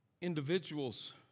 individuals